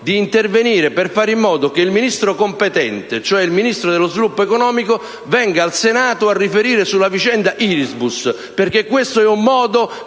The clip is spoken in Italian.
di intervenire per fare in modo che il Ministro competente, cioè il Ministro dello sviluppo economico, venga al Senato a riferire sulla vicenda Irisbus, perché questo è un modo